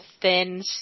thin